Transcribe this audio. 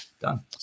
Done